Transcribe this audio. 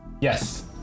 Yes